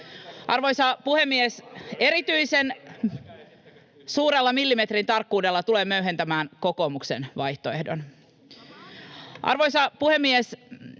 Arvoisa puhemies! Erityisen suurella millimetrin tarkkuudella tulen möyhentämään kokoomuksen vaihtoehdon. Arvoisa puhemies!